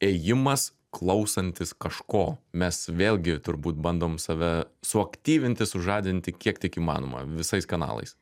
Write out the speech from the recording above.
ėjimas klausantis kažko mes vėlgi turbūt bandom save suaktyvinti sužadinti kiek tik įmanoma visais kanalais